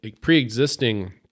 pre-existing